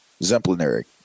Exemplary